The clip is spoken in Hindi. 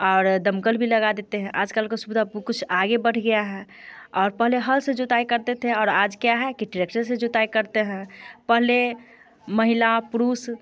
और दमकल भी लगा देते हैं आजकल का सुविधा कुछ आगे बढ़ गया है और पहले हल से जोताई करते थे और आज क्या है कि ट्रेक्टर से जोताई करते हैं पहले महिला पुरुष